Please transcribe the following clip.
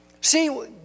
See